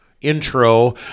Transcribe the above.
intro